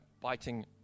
biting